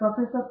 professor